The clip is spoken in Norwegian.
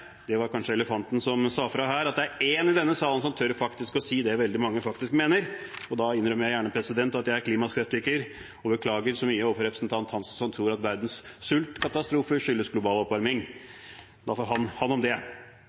det var kanskje elefanten som sa fra her: Det er én i denne salen som tør å si det veldig mange faktisk mener. Og da innrømmer jeg gjerne at jeg er klimaskeptiker og beklager så mye overfor representanten Hansson, som tror at verdens sultkatastrofer skyldes global oppvarming. Ham om det.